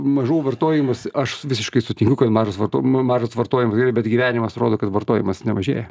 mažau vartojimas aš visiškai sutinku kad mažas vartojim mažas vartojimas gerai bet gyvenimas rodo kad vartojimas nemažėja